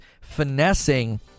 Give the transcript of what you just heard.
finessing